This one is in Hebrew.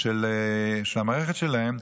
שהיא המערכת שלהם,